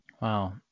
Wow